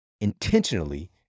intentionally